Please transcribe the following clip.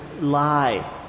lie